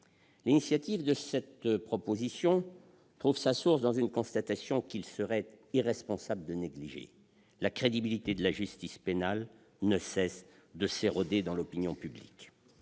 pénale. Cette proposition de loi trouve sa source dans une constatation qu'il serait irresponsable de négliger : la crédibilité de la justice pénale ne cesse de s'éroder dans l'opinion publique.